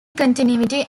continuity